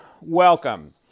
welcome